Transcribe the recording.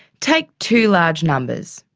take two large numbers,